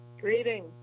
Greetings